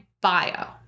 bio